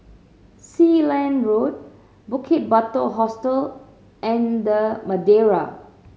Sealand Road Bukit Batok Hostel and The Madeira